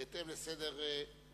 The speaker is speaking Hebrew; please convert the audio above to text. בהתאם לסדר רישומם,